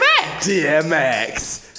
DMX